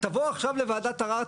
תבוא עכשיו לוועדת ערר,